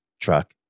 truck